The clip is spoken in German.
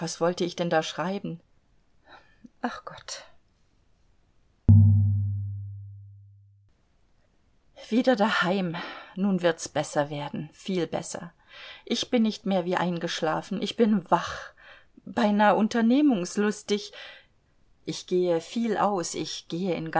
wollte ich denn da schreiben ach gott wieder daheim nun wird's besser werden viel besser ich bin nicht mehr wie eingeschlafen ich bin wach beinah unternehmungslustig ich gehe viel aus ich gehe